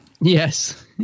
yes